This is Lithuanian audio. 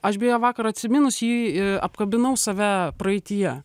aš beje vakar atsiminus jį apkabinau save praeityje